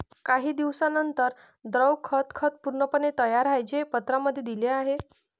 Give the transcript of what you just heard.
काही दिवसांनंतर, द्रव खत खत पूर्णपणे तयार आहे, जे पत्रांमध्ये दिले आहे